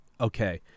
Okay